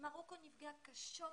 דרכון ישראלי,